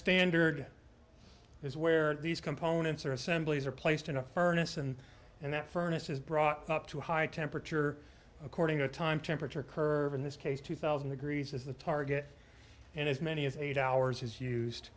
standard is where these components are assemblies are placed in a furnace and and that furnace is brought up to a high temperature according to time temperature curve in this case two thousand degrees as the target and as many as eight hours is used